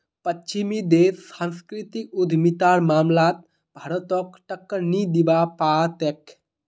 पश्चिमी देश सांस्कृतिक उद्यमितार मामलात भारतक टक्कर नी दीबा पा तेक